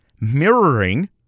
mirroring